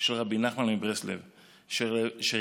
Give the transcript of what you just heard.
של רבי נחמן מברסלב שרלוונטית